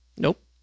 Nope